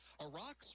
Iraq's